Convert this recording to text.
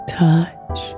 touch